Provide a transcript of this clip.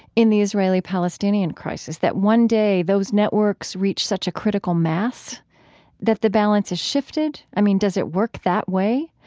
in the israeli-palestinian crisis that one day those networks reach such a critical mass that the balance is shifted? i mean, does it work that way?